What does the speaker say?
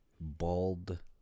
bald